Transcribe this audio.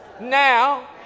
now